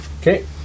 Okay